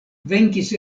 venkis